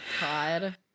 God